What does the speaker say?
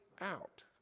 out